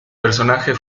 personaje